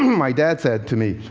my dad said to me,